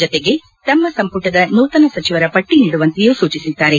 ಜತೆಗೆ ತಮ್ನ ಸಂಪುಟದ ನೂತನ ಸಚಿವರ ಪಟ್ಟಿ ನೀಡುವಂತೆಯೂ ಸೂಚಿಸಿದ್ದಾರೆ